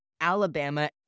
Alabama